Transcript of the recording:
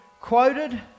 quoted